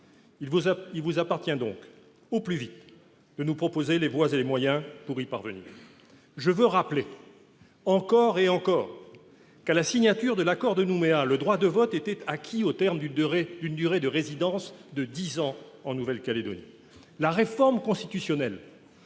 Il vous appartient donc, au plus vite, de nous proposer les voies et moyens pour y parvenir. Je veux rappeler encore et encore qu'à la signature de l'accord de Nouméa, le droit de vote était acquis au terme d'une durée de résidence de dix années en Nouvelle-Calédonie. La réforme constitutionnelle